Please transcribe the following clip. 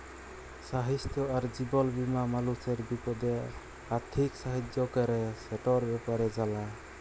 স্বাইস্থ্য আর জীবল বীমা মালুসের বিপদে আথ্থিক সাহায্য ক্যরে, সেটর ব্যাপারে জালা